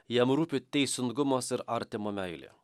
jam rūpi teisingumas ir artimo meilė